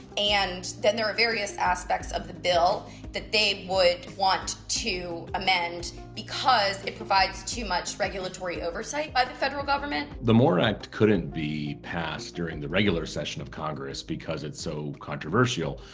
and then there are various aspects of the bill that they would want to amend because it provides too much regulatory oversight by the federal government. the more act couldn't be passed during the regular session of congress because it's so controversial.